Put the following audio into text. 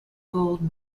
gold